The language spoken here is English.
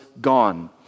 gone